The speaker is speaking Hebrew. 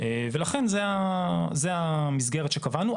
ולכן זו המסגרת שקבענו.